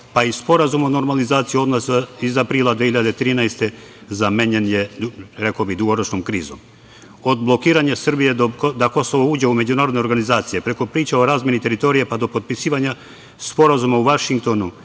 pa i Sporazum o normalizaciji odnosa iz aprila 2013. godine zamenjen je, rekao bih, dugoročnom krizom. Od blokiranja Srbije da Kosovo uđe u međunarodne organizacije, preko priča o razmeni teritorije, pa do potpisivanja sporazuma u Vašingtonu